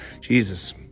Jesus